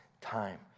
time